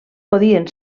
podien